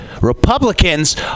Republicans